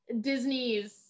Disney's